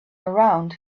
around